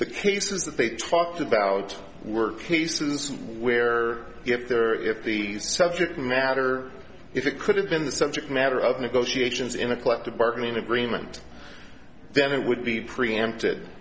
the cases that they talked about were cases where if there if the subject matter if it could have been the subject matter of negotiations in a collective bargaining agreement then it would be preempted